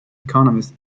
economist